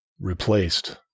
replaced